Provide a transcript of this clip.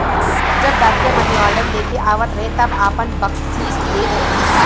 जब डाकिया मानीऑर्डर लेके आवत रहे तब आपन बकसीस लेत रहे